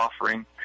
offering